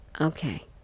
Okay